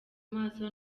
maso